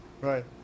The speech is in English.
right